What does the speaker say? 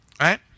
Right